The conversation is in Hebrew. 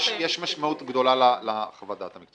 יש משמעות גדולה לחוות הדעת המקצועית.